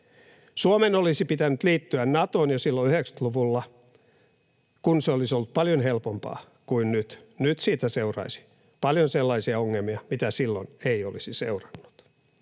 Suomen olisi pitänyt liittyä Natoon jo silloin 90-luvulla, kun se olisi ollut paljon helpompaa kuin nyt. Nyt siitä seuraisi paljon sellaisia ongelmia, mitä silloin ei olisi seurannut.